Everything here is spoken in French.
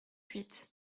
huit